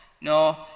No